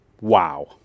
Wow